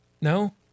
no